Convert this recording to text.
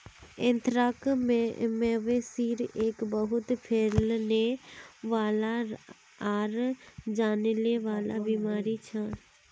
anthrax, मवेशिर एक बहुत फैलने वाला आर जानलेवा बीमारी छ